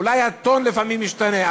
אולי הטון לפעמים משתנה,